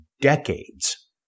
decades